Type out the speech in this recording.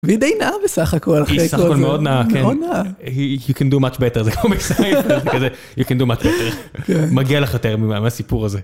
והיא די נאה בסך הכל, היא סך הכל מאוד נאה, you can do much better, מגיע לך יותר מהסיפור הזה.